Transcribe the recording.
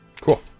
Cool